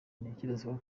ntekerezako